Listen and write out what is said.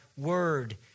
Word